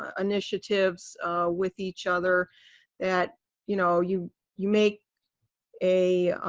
ah initiatives with each other that you know you you make a,